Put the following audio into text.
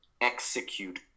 execute